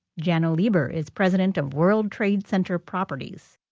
janno lieber is president of world trade center properties.